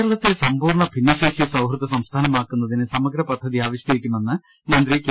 കേരളത്തെ സമ്പൂർണ ഭിന്നശേഷി സൌഹൃദ സംസ്ഥാനമാക്കു ന്നതിന് സമഗ്രപദ്ധതി ആവിഷ്ക്കരിക്കുമെന്ന് മന്ത്രി കെ